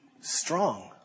strong